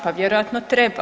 Pa vjerojatno treba.